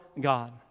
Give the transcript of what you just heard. God